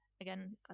again